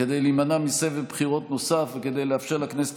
כדי להימנע מסבב בחירות נוסף וכדי לאפשר לכנסת